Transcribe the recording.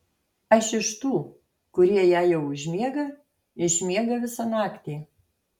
aš iš tų kurie jei jau užmiega išmiega visą naktį